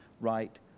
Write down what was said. right